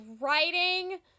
writing